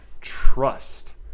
trust